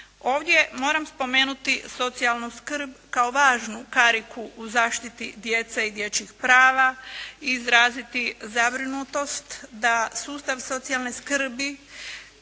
Ovdje moram spomenuti i socijalnu skrb kao važnu kariku u zaštiti djece i dječjih prava, izraziti zabrinutost da sustav socijalne skrbi